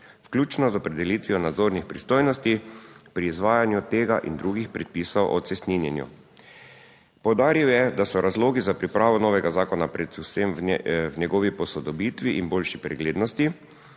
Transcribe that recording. Vključno z opredelitvijo nadzornih pristojnosti pri izvajanju tega in drugih predpisov o cestninjenju. Poudaril je, da so razlogi za pripravo novega zakona predvsem v njegovi posodobitvi in boljši preglednosti,